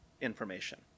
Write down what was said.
information